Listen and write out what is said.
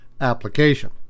application